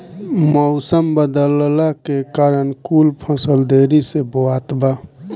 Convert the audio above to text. मउसम बदलला के कारण कुल फसल देरी से बोवात बा